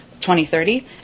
2030